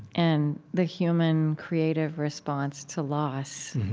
and the human creative response to loss.